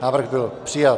Návrh byl přijat.